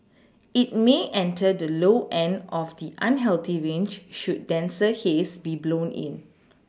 it may enter the low end of the unhealthy range should denser haze be blown in